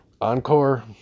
Encore